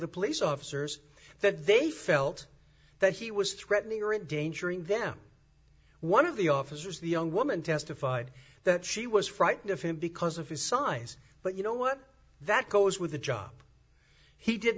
the police officers that they felt that he was threatening or in danger in them one of the officers the young woman testified that she was frightened of him because of his size but you know what that goes with the job he did